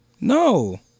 No